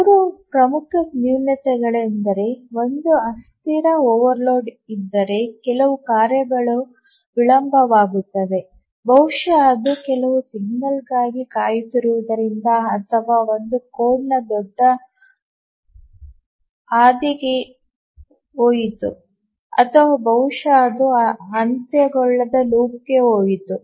ಮೂರು ಪ್ರಮುಖ ನ್ಯೂನತೆಗಳೆಂದರೆ ಒಂದು ಅಸ್ಥಿರ ಓವರ್ಲೋಡ್ ಇದ್ದರೆ ಕೆಲವು ಕಾರ್ಯವು ವಿಳಂಬವಾಗುತ್ತದೆ ಬಹುಶಃ ಅದು ಕೆಲವು ಸಿಗ್ನಲ್ಗಾಗಿ ಕಾಯುತ್ತಿರುವುದರಿಂದ ಅಥವಾ ಅದು ಕೋಡ್ನ ದೊಡ್ಡ ಹಾದಿಗೆ ಹೋಯಿತು ಅಥವಾ ಬಹುಶಃ ಅದು ಅಂತ್ಯಗೊಳ್ಳದ ಲೂಪ್ಗೆ ಹೋಯಿತು